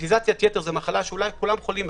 משפטיזיית יתר זו מחלה שאולי כולם חולים בה,